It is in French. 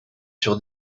sur